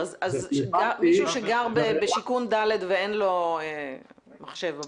אז מישהו שגר בשיכון ד' ואין לו מחשב בבית.